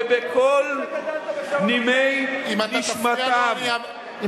בגין עשה דברים שנתניהו לא יודע,